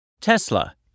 Tesla